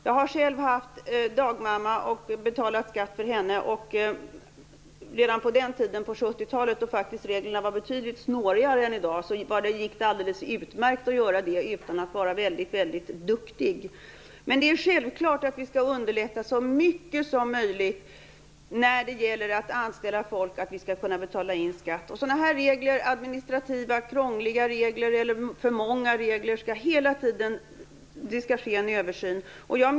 Jag har själv haft dagmamma och betalat skatt för henne, och redan på den tiden, på 1970-talet då reglerna faktiskt var betydligt snårigare än i dag, gick det alldeles utmärkt att göra det utan att vara väldigt duktig. Men det är självklart att vi skall underlätta så mycket som möjligt för att anställa folk och betala in skatt. Sådana här regler - regler som är administrativa, krångliga eller för många - skall hela tiden ses över.